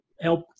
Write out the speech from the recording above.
help